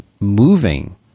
moving